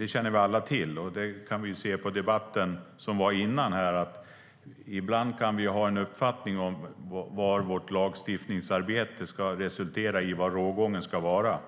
Vi kan också se det av den debatt som var tidigare här; ibland kan vi ha en uppfattning om vad vårt lagstiftningsarbete kan resultera i och var rågången ska vara.